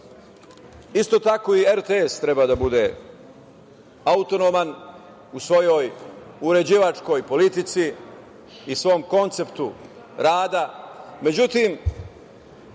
Isto tako i RTS treba da bude autonoman u svojoj uređivačkoj politici i svom konceptu rada.